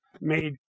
made